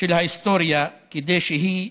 של ההיסטוריה, כדי שהיא